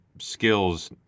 skills